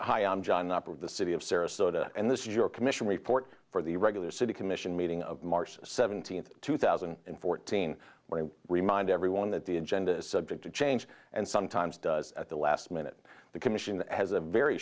hi i'm john operate the city of sarasota and this is your commission report for the regular city commission meeting of march seventeenth two thousand and fourteen when i remind everyone that the agenda is subject to change and sometimes does at the last minute the commission has a very